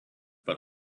but